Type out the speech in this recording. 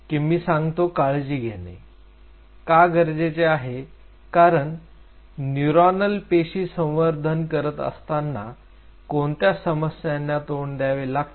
कि मी सांगतो काळजी घेणे का गरजेचे आहे कारण न्यूरॉनल पेशी संवर्धन करत असताना कोणत्या समस्यांना तोंड द्यावे लागते